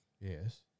Yes